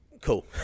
cool